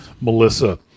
Melissa